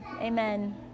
amen